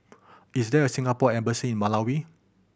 is there a Singapore Embassy in Malawi